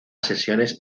sesiones